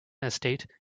estate